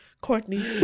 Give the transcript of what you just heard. Courtney